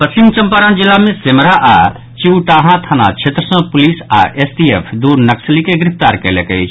पश्चिम चंपारण जिला मे सेमरा आओर चिउटाहां थाना क्षेत्र सँ पुलिस आओर एसटीएफ दू नक्सली के गिरफ्तार कयलक अछि